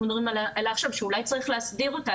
מדברים עליה עכשיו שאולי צריך להסדיר אותה,